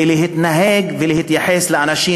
ולהתנהג ולהתייחס לאנשים